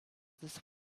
this